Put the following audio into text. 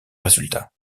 résultats